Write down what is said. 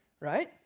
right